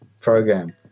program